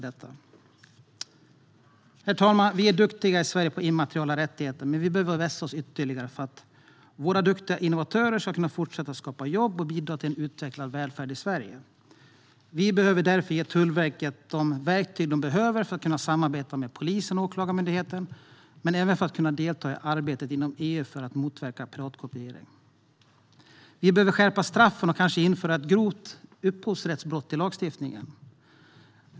Herr talman! Vi är duktiga i Sverige på immateriella rättigheter, men vi behöver vässa oss ytterligare för att våra duktiga innovatörer ska kunna fortsätta att skapa jobb och bidra till en utvecklad välfärd i Sverige. Vi behöver därför ge Tullverket de verktyg det behöver för att kunna samarbeta med polisen och Åklagarmyndigheten men även för att kunna delta i arbetet inom EU för att motverka piratkopiering. Vi behöver skärpa straffen och kanske införa ett grovt upphovsrättsbrott i lagstiftningen.